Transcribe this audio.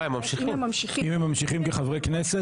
אם הם ממשיכים --- אם הם ממשיכים כחברי כנסת,